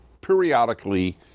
periodically